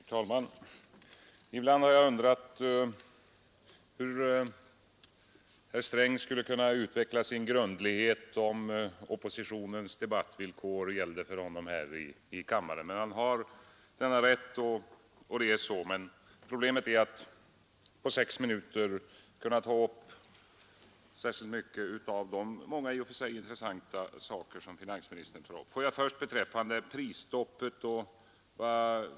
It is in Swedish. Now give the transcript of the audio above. Herr talman! Ibland har jag undrat hur herr Sträng skulle kunna utveckla sin grundlighet, om oppositionens debattvillkor gällde också för honom här i kammaren. Men nu har han rätt att tala obegränsad tid. Mitt problem är att jag inte på sex minuter kan ta upp särskilt mycket av de många i och för sig intressanta saker som finansministern tar upp. Först några ord om prisstoppet.